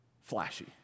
flashy